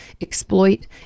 exploit